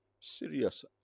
serious